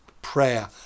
prayer